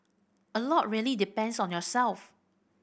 a lot really depends on yourself